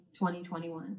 2021